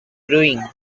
brewing